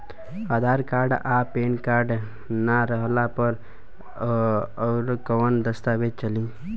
आधार card आ PAN card ना रहला पर अउरकवन दस्तावेज चली?